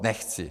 Nechci!